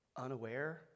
unaware